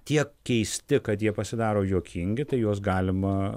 tiek keisti kad jie pasidaro juokingi tai juos galima